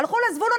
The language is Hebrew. הלכו לזבולון,